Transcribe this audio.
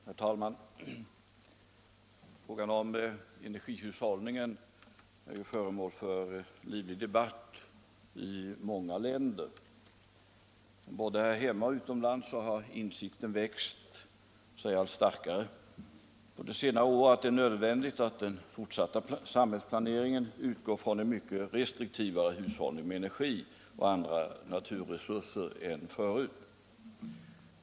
Herr talman! Frågan om energihushållningen är ju föremål för livlig debatt i många länder. Både här hemma och utomlands har under senare år insikten växt sig allt starkare om att det är nödvändigt att den fortsatta samhällsplaneringen utgår från en mycket restriktivare hushållning med energi och andra naturresurser än förut.